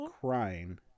crying